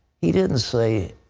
he didn't say,